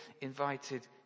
invited